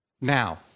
Now